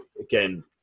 again